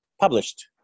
published